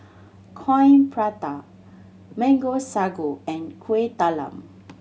Coin Prata Mango Sago and Kueh Talam